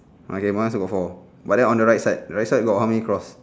okay mine also got four but then on the right side right side got how many cross